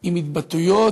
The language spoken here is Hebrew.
עם התבטאויות,